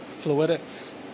fluidics